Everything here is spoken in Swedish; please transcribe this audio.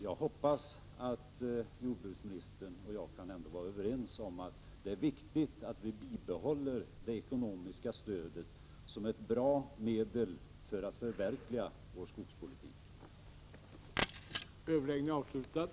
Jag hoppas att jordbruksministern och jag ändå kan vara överens om att det är viktigt att vi bibehåller det ekonomiska stödet som ett medel för att förverkliga vår skogspolitik.